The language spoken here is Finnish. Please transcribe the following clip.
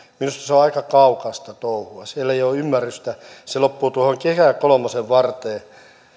on aika kaukaista touhua siellä ei ole ymmärrystä se loppuu tuohon kehä kolmosen varteen